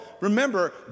remember